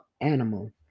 animal